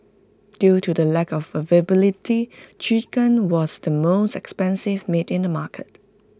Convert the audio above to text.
due to the lack of availability chicken was the most expensive meat in the market